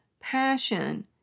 passion